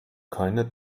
keiner